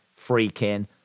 freaking